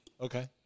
Okay